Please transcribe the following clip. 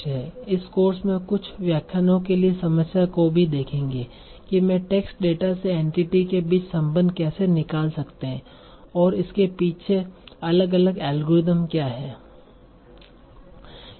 इस कोर्स में कुछ व्याख्यानों के लिए इस समस्या को भी देखेंगे कि मैं टेक्स्ट डेटा से एंटिटी के बीच संबंध कैसे निकल सकते है और इसके पीछे अलग अलग एल्गोरिदम क्या हैं